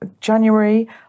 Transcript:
January